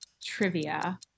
trivia